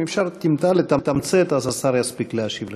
אם אפשר טיפה לתמצת אז השר יספיק להשיב לכולם.